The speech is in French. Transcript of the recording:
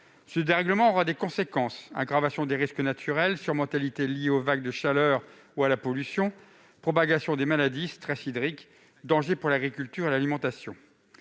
Ce dérèglement sera lourd de conséquences : aggravation des risques naturels, surmortalité liée aux vagues de chaleur ou à la pollution, propagation des maladies, stress hydrique, dangers pour l'agriculture et l'alimentation,